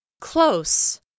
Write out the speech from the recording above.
Close